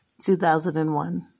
2001